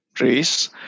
race